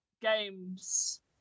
games